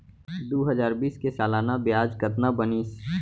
दू हजार बीस के सालाना ब्याज कतना बनिस?